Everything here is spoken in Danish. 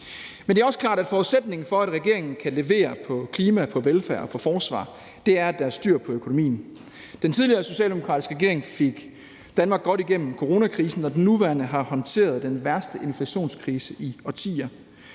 Men det er også klart, at forudsætningen for, at regeringen kan levere på klima, velfærd og forsvar, er, at der er styr på økonomien. Den tidligere socialdemokratiske regering fik Danmark godt igennem coronakrisen, og den nuværende har håndteret den værste inflationskrise i årtier.